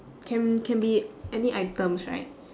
can can be any items right